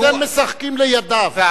אתם משחקים לידיו,